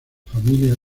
familia